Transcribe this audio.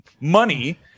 money